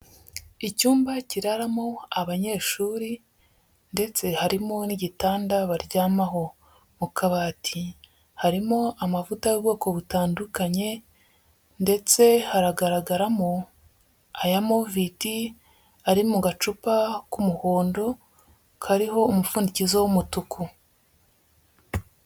Icyumba kiraramo abanyeshuri ndetse harimo n'igitanda baryamaho. Mu kabati harimo amavuta y'ubwoko butandukanye, ndetse haragaragaramo aya moviti ari mu gacupa k'umuhondo kariho umupfundikizo w'umutuku.